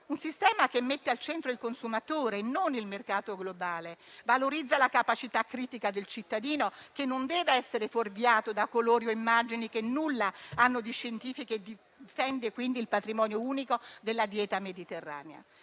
Il sistema mette al centro il consumatore e non il mercato globale, valorizza la capacità critica del cittadino che non deve essere fuorviato da colori o immagini che nulla hanno di scientifico e difende quindi il patrimonio unico della dieta mediterranea.